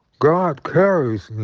god carries